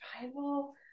survival